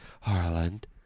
Harland